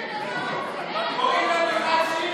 אדוני היושב-ראש,